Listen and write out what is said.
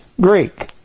Greek